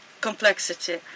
complexity